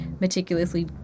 meticulously